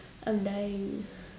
I'm dying